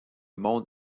monde